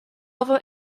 level